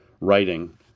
writing